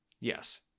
Yes